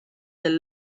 del